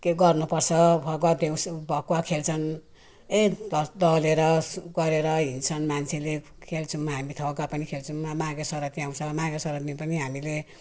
के गर्नु पर्छ फगुवा देउसी फगुवा खेल्छन् ए द दलेर खेलेर गरेर हिँड्छन् मान्छेले खेल्छौँ हामी त फगुवा पनि खेल्छौँ माघे सङ्क्रान्ति आउँछ माघे सङ्क्रान्तिमा पनि हामीले